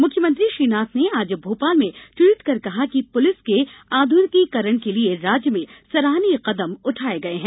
मुख्यमंत्री श्रीनाथ ने आज भोपाल में ट्वीट कर कहा कि पुलिस के आधुनिकीकरण के लिये राज्य में सराहनीय कदम उठाए गये हैं